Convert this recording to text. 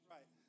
Right